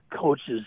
coaches